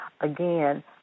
again